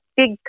big